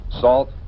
salt